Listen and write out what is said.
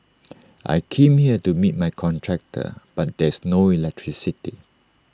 I came here to meet my contractor but there's no electricity